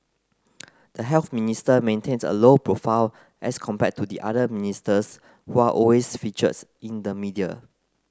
the Health Minister maintains a low profile as compared to the other ministers who are always features in the media